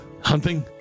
hunting